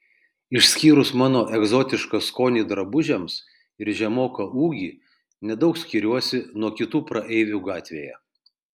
išskyrus mano egzotišką skonį drabužiams ir žemoką ūgį nedaug skiriuosi nuo kitų praeivių gatvėje